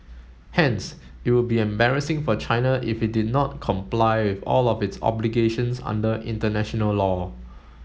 hence it would be embarrassing for China if it did not comply with all of its obligations under international law